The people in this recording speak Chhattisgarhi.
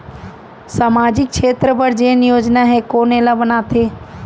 सामाजिक क्षेत्र बर जेन योजना हे कोन एला बनाथे?